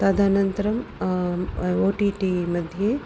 तदनन्तरम् ओटिटिमध्ये